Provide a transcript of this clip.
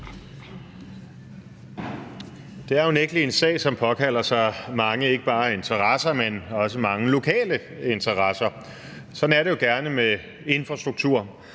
Det er unægtelig en sag, som påkalder sig mange ikke bare interesser, men også mange lokale interesser. Sådan er det jo gerne med infrastruktur,